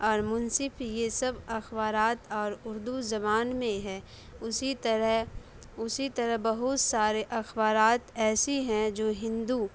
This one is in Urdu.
اور منصف یہ سب اخبارات اور اردو زبان میں ہے اسی طرح اسی طرح بہت سارے اخبارات ایسی ہیں جو ہندو